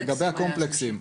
לגבי הקומפלקסים,